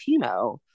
Timo